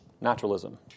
naturalism